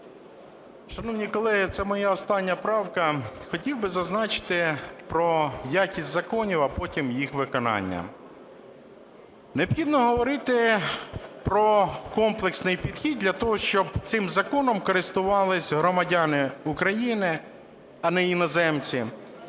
Шановні колеги, це моя остання правка. Хотів би зазначити про якість законів, а потім їх виконання. Необхідно говорити про комплексний підхід для того, щоб цим законом користувались громадяни України, а не іноземці.